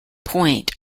point